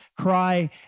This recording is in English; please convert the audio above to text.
cry